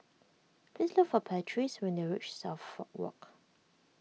please look for Patrice when you reach Suffolk Walk